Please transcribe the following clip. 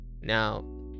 Now